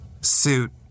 suit